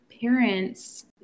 parents